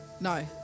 no